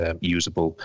usable